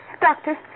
Doctor